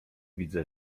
widzę